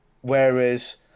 Whereas